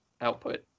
output